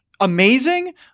amazing